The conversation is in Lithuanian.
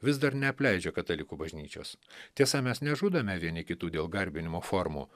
vis dar neapleidžia katalikų bažnyčios tiesa mes nežudome vieni kitų dėl garbinimo formų